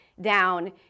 down